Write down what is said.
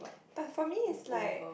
but for me is like